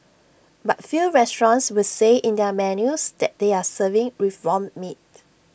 but few restaurants will say in their menus that they are serving reformed meat